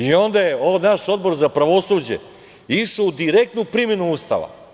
Onda je naš Odbor za pravosuđe išao u direktnu primenu Ustava.